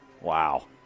Wow